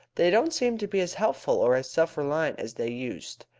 they don't seem to be as helpful or as self-reliant as they used.